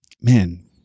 man